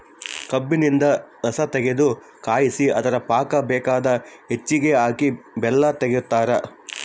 ಕಬ್ಬಿನಿಂದ ರಸತಗೆದು ಕಾಯಿಸಿ ಅದರ ಪಾಕ ಬೇಕಾದ ಹೆಚ್ಚಿಗೆ ಹಾಕಿ ಬೆಲ್ಲ ತೆಗಿತಾರ